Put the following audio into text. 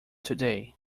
today